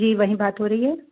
जी वहीं बात हो रही है